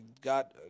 got